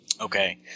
Okay